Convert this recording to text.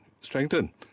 strengthen